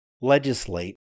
legislate